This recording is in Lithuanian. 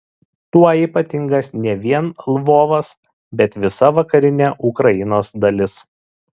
tuo ypatingas ne vien lvovas bet visa vakarinė ukrainos dalis